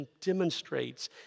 demonstrates